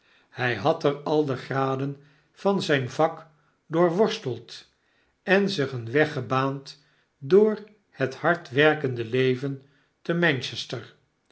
ng had er al de graden van zyn vak doorworsteld en zich een weg gebaand door het hardwerkende leven te manchester